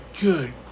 Good